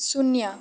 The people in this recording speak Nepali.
शून्य